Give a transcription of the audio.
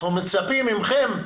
אנחנו מצפים מכם,